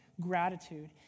Gratitude